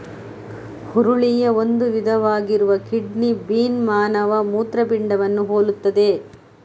ಹುರುಳಿಯ ಒಂದು ವಿಧವಾಗಿರುವ kidney bean ಮಾನವ ಮೂತ್ರಪಿಂಡವನ್ನು ಹೋಲುತ್ತದೆ